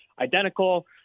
identical